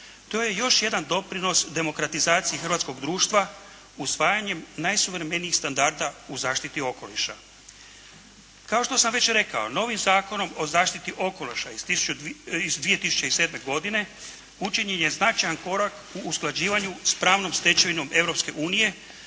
To je još jedan doprinos demokratizaciji hrvatskog društva usvajanjem najsuvremenijih standarda u zaštiti okoliša. Kao što sam već rekao novim Zakonom o zaštiti okoliša iz 2007. godine učinjen je značajan korak u usklađivanju s pravnom stečevinom